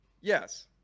Yes